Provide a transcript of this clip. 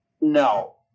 no